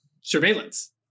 surveillance